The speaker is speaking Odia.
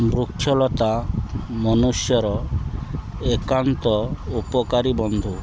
ବୃକ୍ଷଲତା ମନୁଷ୍ୟର ଏକାନ୍ତ ଉପକାରୀ ବନ୍ଧୁ